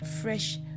fresh